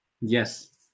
Yes